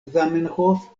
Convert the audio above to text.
zamenhof